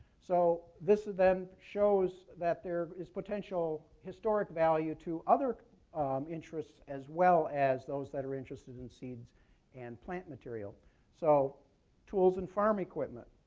so this then shows that there is potential historic value to other interests as well as those that are interested in seeds and plant material so tools and farm equipment,